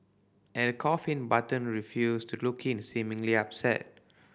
at the coffin Button refused to look in seemingly upset